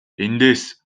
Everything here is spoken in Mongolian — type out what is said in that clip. эндээс